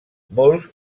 molts